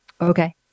Okay